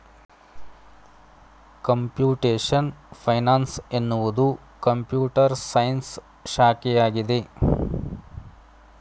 computation finance ಎನ್ನುವುದು computer science ಶಾಖೆಯಾಗಿದೆ